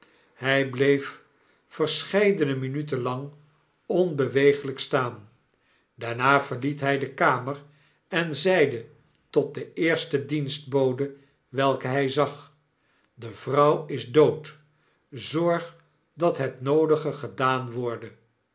hy bleef verscheidene minuten lang onbeweeglijk staan daarna verliet hy dekameren zeide tot de eerste dienstbode welke hy zag de vrouv is dood zorg dat het noodige gedaan worde